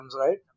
right